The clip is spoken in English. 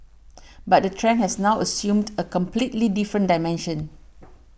but the trend has now assumed a completely different dimension